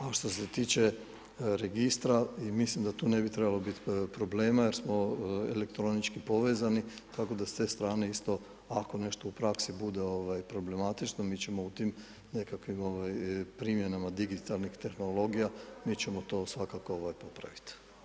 A što se tiče registra, mislim da tu ne bi trebalo biti problema jer smo elektronički povezani, tako da s te strane isto ako nešto u praksi bude problematično, mi ćemo u tim nekakvim primjenama digitalnih tehnologija, mi ćemo to svakako popraviti.